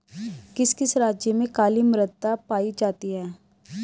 किस किस राज्य में काली मृदा पाई जाती है?